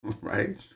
right